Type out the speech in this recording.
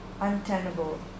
Untenable